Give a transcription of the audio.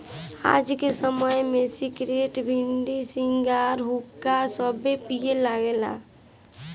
आज के समय में सिगरेट, बीड़ी, सिगार, हुक्का सभे पिए लागल बा